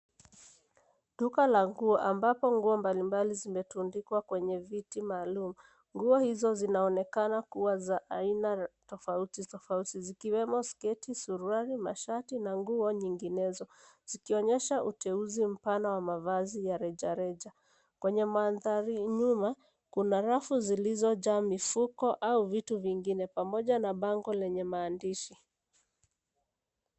Duka la nguo ambapo nguo mbalimbali , zimetundikwa kwenye viti maalum. Nguo hizo zinaonekana kuwa za aina tofauti tofauti zikiwemo sketi, suruali, mashati na nguo nyinginezo. Zikionyesha uteuzi mpana wa mavazi ya rejareja. Kwenye mandhari nyuma, kuna rafu zilizojaa mifuko au vitu vingine pamoja na bango lenye maandishi.